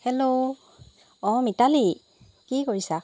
hello অঁ মিতালী কি কৰিছা